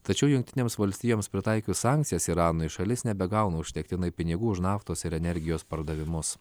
tačiau jungtinėms valstijoms pritaikius sankcijas iranui šalis nebegauna užtektinai pinigų už naftos ir energijos pardavimus